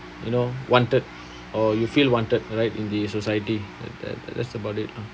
you know wanted or you feel wanted right in the society that that that's about it lah